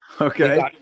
okay